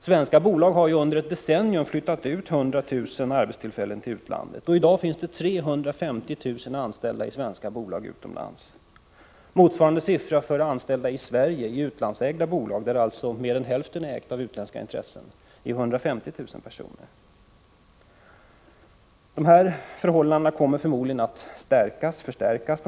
Svenska bolag har ju under något decennium flyttat ut mer än 100 000 arbetstillfällen till utlandet. I dag är 350 000 anställda i svenska bolag utomlands. Motsvarande siffra för anställda i Sverige i utlandsägda bolag, där alltså mer än hälften ägs av utländska intressen, är 150 000 personer. De här tendenserna kommer förmodligen att förstärkas.